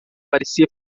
parecia